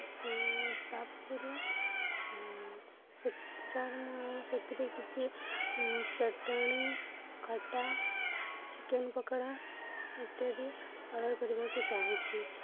ତାପରେ ସେ ସାର୍ ମୁଁ ସେଥିରେ କିଛି ଚଟଣି ଖଟା ଚିକେନ୍ ପକୋଡ଼ା ଇତ୍ୟାଦି ଅର୍ଡ଼ର୍ କରିବାକୁ ଚାହୁଁଛି